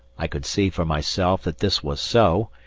i could see for myself that this was so,